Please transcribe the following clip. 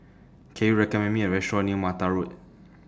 Can YOU recommend Me A Restaurant near Mattar Road